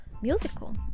musical